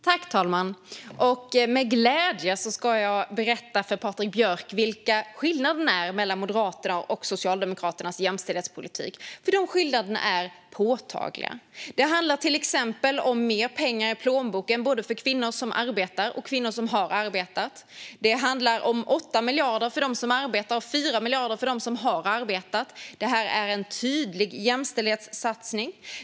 Fru talman! Med glädje ska jag berätta för Patrik Björck vilka skillnaderna är mellan Moderaternas och Socialdemokraternas jämställdhetspolitik, för de skillnaderna är påtagliga. Det handlar till exempel om mer pengar i plånboken, både för kvinnor som arbetar och för kvinnor som har arbetat. Det handlar om 8 miljarder för dem som arbetar och 4 miljarder för dem som har arbetat. Det är en tydlig jämställdhetssatsning.